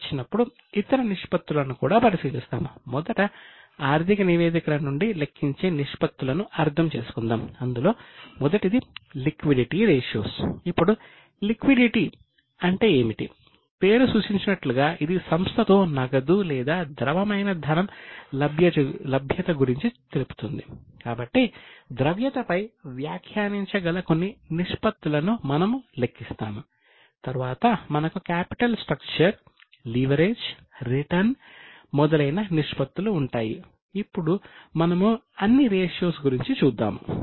ఇప్పుడు లిక్విడిటీ గురించి చూద్దాము